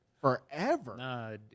forever